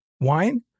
wine